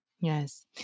Yes